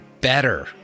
better